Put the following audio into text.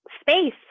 space